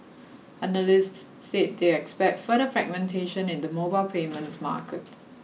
analysts said they expect further fragmentation in the mobile payments market